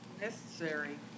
Necessary